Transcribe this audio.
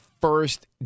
first